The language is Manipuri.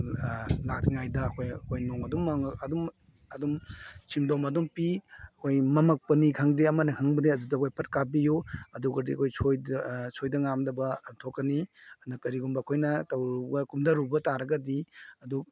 ꯂꯥꯛꯇ꯭ꯔꯤꯉꯥꯏꯗ ꯑꯩꯈꯣꯏ ꯅꯣꯡ ꯑꯗꯨꯝ ꯁꯤꯟꯗꯣꯝ ꯑꯗꯨꯝ ꯄꯤ ꯑꯩꯈꯣꯏ ꯃꯝꯃꯛꯄꯅꯤ ꯈꯪꯗꯦ ꯑꯃꯅꯤ ꯈꯪꯗꯦ ꯑꯗꯨꯗ ꯑꯩꯈꯣꯏ ꯐꯠ ꯀꯥꯕꯤꯎ ꯑꯗꯨꯒꯗꯤ ꯑꯩꯈꯣꯏ ꯁꯣꯏꯗ ꯉꯥꯝꯗꯕ ꯊꯣꯛꯀꯅꯤꯅ ꯑꯗꯨꯅ ꯀꯔꯤꯒꯨꯝꯕ ꯑꯩꯈꯣꯏꯅ ꯇꯧꯕ ꯀꯨꯝꯗꯔꯨꯕ ꯇꯥꯔꯒꯗꯤ ꯑꯗꯨ